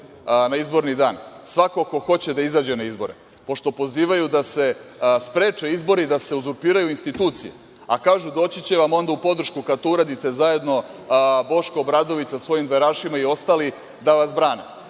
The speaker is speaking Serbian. na izborni dan svako ko hoće da izađe na izbore, pošto pozivaju da se spreče izbori, da se uzurpiraju institucije, a kažu da će vam doći onda u podršku, kad to uradite zajedno, Boško Obradović sa svojim dverašima i ostali, da vas brane.